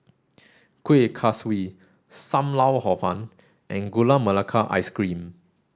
Kuih Kaswi Sam Lau Hor Fun and Gula Melaka Ice Cream